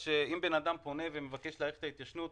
אמרת שאם בן אדם פונה ומבקש להאריך את תקופת ההתיישנות,